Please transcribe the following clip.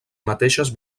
mateixes